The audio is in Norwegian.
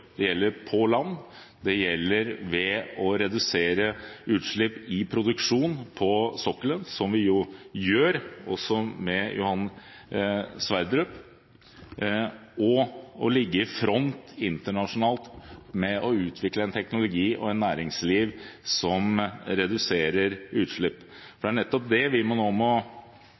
Det gjelder på land, det gjelder ved å redusere utslipp i produksjonen på sokkelen – som vi også gjør på Johan Sverdrup-feltet – og å ligge i front internasjonalt med å utvikle en teknologi og et næringsliv som reduserer utslipp.